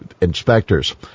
inspectors